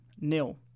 nil